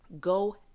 go